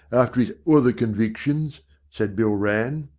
after is other convictions said bill rann.